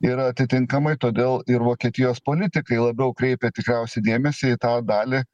ir atitinkamai todėl ir vokietijos politikai labiau kreipia tikriausiai dėmesį į tą dalį